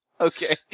Okay